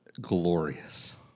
glorious